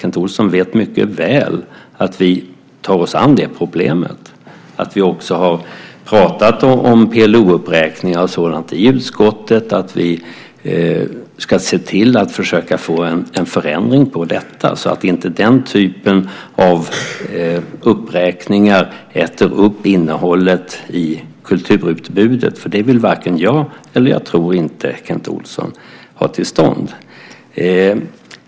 Kent Olsson vet mycket väl att vi tar oss an det problemet, att vi också har pratat om PLO-uppräkningar och sådant i utskottet, att vi ska se till att försöka få en förändring på detta så att inte den typen av uppräkningar äter upp innehållet i kulturutbudet, för det vill varken jag eller Kent Olsson, tror jag, ha till stånd.